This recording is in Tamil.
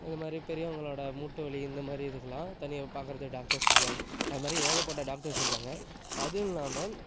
இது மாதிரி பெரியவங்களோட மூட்டு வலி இந்த மாதிரி இதுக்குல்லாம் தனியாக பார்க்கறது டாக்டர்ஸ் இருக்காங்க அது மாதிரி ஏகப்பட்ட டாக்டர்ஸ் இருக்காங்க அதுவும் இல்லாமல்